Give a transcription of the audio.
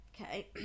Okay